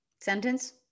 Sentence